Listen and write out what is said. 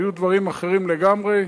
היו דברים אחרים לגמרי.